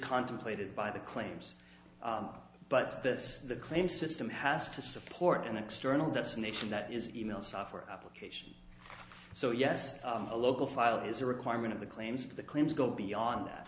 contemplated by the claims but this the claim system has to support an external destination that is email software application so yes a local file is a requirement of the claims for the claims go beyond that